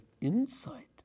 insight